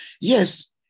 Yes